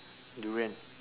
durian